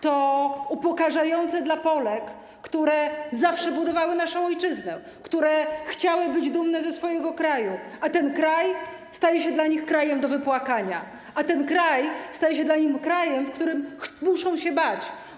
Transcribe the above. To upokarzające dla Polek, które zawsze budowały naszą ojczyznę, które chciały być dumne ze swojego kraju, a ten kraj staje się dla nich krajem do wypłakania, a ten kraj staje się dla nich krajem, w którym muszą się bać.